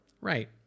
Right